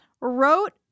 wrote